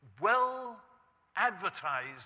well-advertised